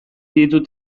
ditut